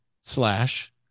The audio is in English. slash